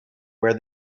where